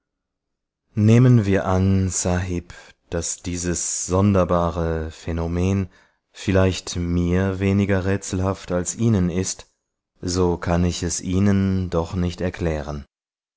nehmen wir an sahib daß dieses sonderbare phänomen vielleicht mir weniger rätselhaft als ihnen ist so kann ich es ihnen doch nicht erklären